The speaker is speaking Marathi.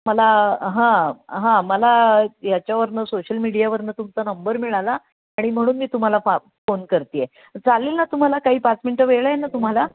मला हां हां मला याच्यावरून सोशल मीडियावरून तुमचा नंबर मिळाला आणि म्हणून मी तुम्हाला फा फोन करत आहे चालेल ना तुम्हाला काही पाच मिनटं वेळ ना तुम्हाला